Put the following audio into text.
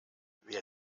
wer